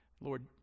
Lord